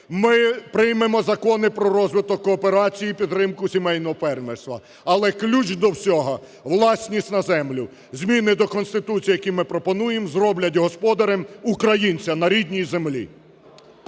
Ми приймемо закони про розвиток кооперації, підтримку сімейного фермерства, але ключ до всього – власність на землю. Зміни до Конституції, які ми пропонуємо, зроблять господарем українця на рідній землі.